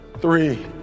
three